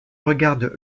regarde